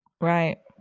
Right